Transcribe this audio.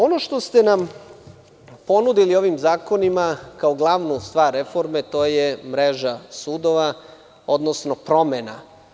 Ono što ste nam ponudili ovim zakonima kao glavnu stvar reforme jeste mreža sudova, odnosno promena.